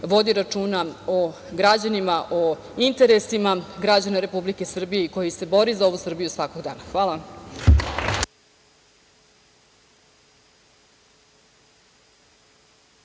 vodi računa o građanima, o interesima građana Republike Srbije i koji se bori za ovu Srbiju svakoga dana. Hvala